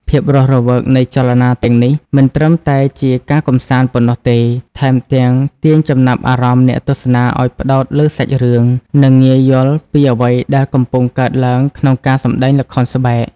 ភាពរស់រវើកនៃចលនាទាំងនេះមិនត្រឹមតែជាការកម្សាន្តប៉ុណ្ណោះទេ ថែមទាំងទាញចំណាប់អារម្មណ៍អ្នកទស្សនាឲ្យផ្តោតលើសាច់រឿង និងងាយយល់ពីអ្វីដែលកំពុងកើតឡើងក្នុងការសម្ដែងល្ខោនស្បែក។